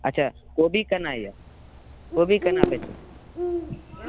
अच्छा कोबी केना यए कोबी केना बेचै